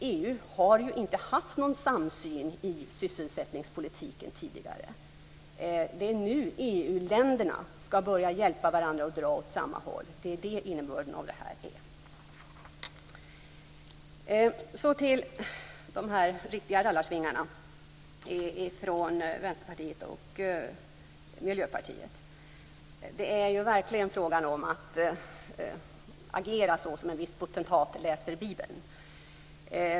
EU har ju inte haft någon samsyn i sysselsättningspolitiken tidigare. Det är nu EU-länderna skall börja hjälpa varandra och dra åt samma håll. Det är innebörden av det här. Så till de här riktiga rallarsvingarna från Vänsterpartiet och Miljöpartiet. Det är verkligen fråga om att man agerar såsom en viss potentat gör när han läser Bibeln.